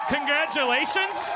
Congratulations